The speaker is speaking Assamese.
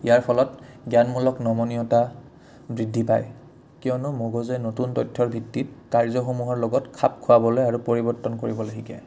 ইয়াৰ ফলত জ্ঞানমূলক নমনীয়তা বৃদ্ধি পায় কিয়নো মগজে নতুন তথ্যৰ ভিত্তিত কাৰ্যসমূহৰ লগত খাপ খোৱাবলে আৰু পৰিৱৰ্তন কৰিব শিকে